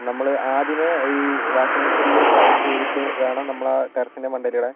നമ്മൾ ആദ്യമേ ഈ വാഷിംഗ് മിഷീനിൽ ഡ്രയിൻ ചെയ്തിട്ട് വേണം നമ്മളാ ടെറസിന്റെ മണ്ടേലിടാൻ